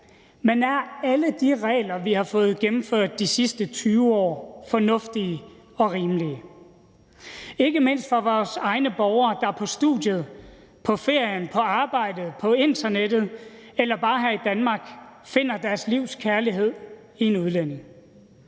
Men er alle de regler, vi har fået gennemført de sidste 20 år, fornuftige og rimelige, ikke mindst for vores egne borgere, der på studiet, på ferien, på arbejdet, på internettet eller bare her i Danmark finder deres livs kærlighed i en udlænding?